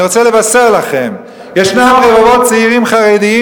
אני רוצה לבשר לכם: ישנם צעירים חרדים